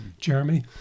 Jeremy